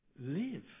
live